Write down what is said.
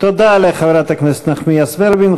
תודה לחברת הכנסת נחמיאס ורבין.